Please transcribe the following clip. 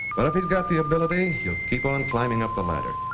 but if he's got the ability he'll keep on climbing up the ladder.